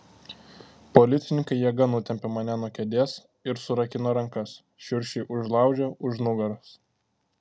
policininkai jėga nutempė mane nuo kėdės ir surakino rankas šiurkščiai užlaužę už nugaros